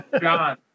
John